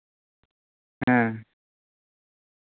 ᱦᱮᱸ